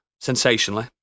sensationally